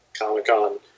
Comic-Con